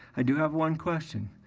i do have one question.